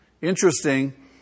interesting